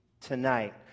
tonight